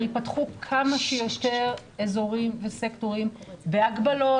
ייפתחו כמה שיותר אזורים וסקטורים בהגבלות,